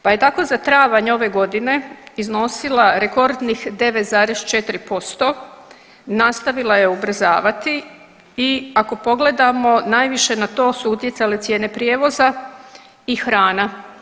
Pa je tako za travanj ove godine iznosila rekordnih 9,4%, nastavila je ubrzavati i ako pogledamo najviše na to su utjecale cijene prijevoza i hrana.